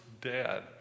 dead